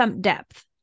depth